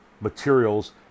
materials